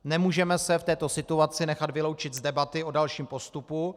Nemůžeme se v této situaci nechat vyloučit z debaty o dalším postupu.